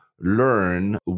learn